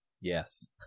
Yes